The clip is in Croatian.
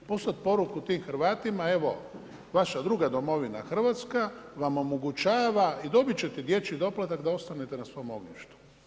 Poslati poruku tim Hrvatima evo, vaša druga domovina Hrvatska vam omogućava i dobiti ćete dječji doplatak da ostanete na svom ognjištu.